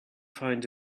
find